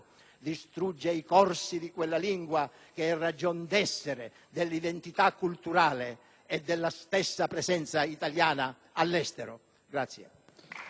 distrugge i corsi di quella lingua che è ragion d'essere dell'identità culturale e della stessa presenza italiana all'estero.